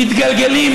מתגלגלים,